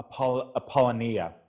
Apollonia